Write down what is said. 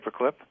paperclip